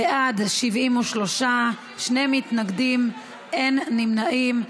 בעד, 73, שני מתנגדים, אין נמנעים.